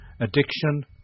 addiction